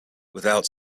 without